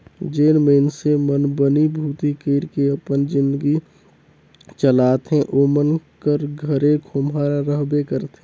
जेन मइनसे मन बनी भूती कइर के अपन जिनगी चलाथे ओमन कर घरे खोम्हरा रहबे करथे